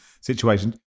situation